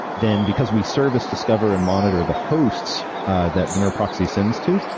then because we service discover and monitor the hosts that veneur proxy sends to,